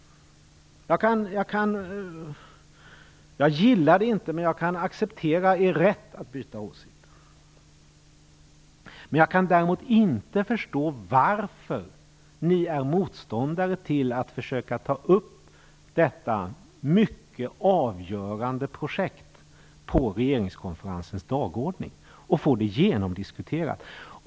Jag gillar det inte, men jag kan acceptera er rätt att byta åsikt. Jag kan däremot inte förstå varför ni är motståndare till att försöka ta upp detta mycket avgörande projekt på regeringskonferensens dagordning och få det genomdiskuterat.